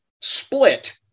split